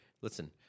Listen